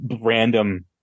random